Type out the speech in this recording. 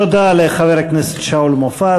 תודה לחבר הכנסת שאול מופז,